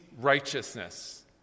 Righteousness